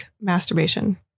masturbation